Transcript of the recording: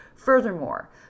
Furthermore